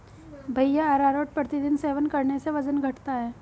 भैया अरारोट प्रतिदिन सेवन करने से वजन घटता है